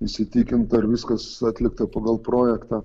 įsitikint ar viskas atlikta pagal projektą